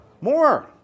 More